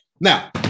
Now